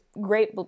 great